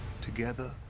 Together